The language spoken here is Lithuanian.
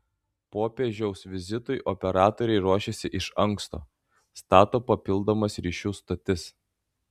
popiežiaus vizitui operatoriai ruošiasi iš anksto stato papildomas ryšių stotis